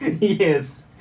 Yes